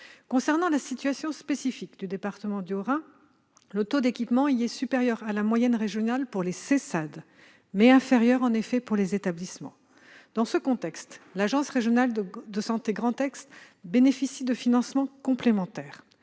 Concernant la situation spécifique du département du Haut-Rhin, le taux d'équipement y est supérieur à la moyenne régionale pour les Sessad, mais inférieur en effet pour les établissements. Dans ce contexte, l'agence régionale de santé Grand Est bénéficie de financements complémentaires.